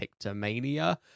pictomania